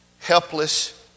helpless